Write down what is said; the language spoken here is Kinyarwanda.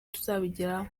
tuzabigeraho